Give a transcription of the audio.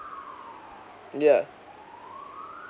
yeah